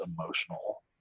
emotional